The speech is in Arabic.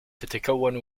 تتكون